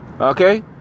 Okay